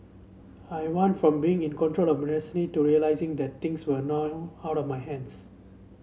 I went from being in control of my destiny to realising that things were out of my hands